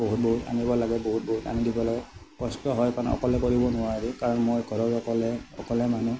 বহুত বহুত আনিব লাগে বহুত বহুত আনি দিব লাগে কষ্ট হয় কাৰণ অকলে কৰিব নোৱাৰোঁ কাৰণ মই ঘৰৰ অকলে অকলে মানুহ